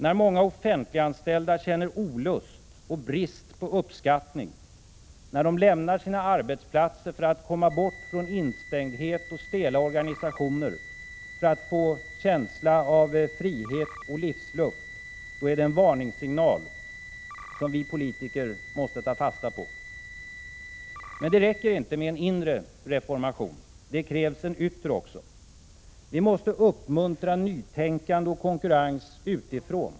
När många offentliganställda känner olust och brist på uppskattning, när de lämnar sina arbetsplatser för att komma bort från instängdhet och stela organisationer, för att få en känsla av frihet och livsluft — då är det en varningssignal som vi politiker måste ta fasta på. Men det räcker inte med en inre reformation. Det krävs en yttre också. Vi måste uppmuntra nytänkande och konkurrens utifrån.